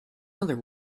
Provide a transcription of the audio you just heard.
other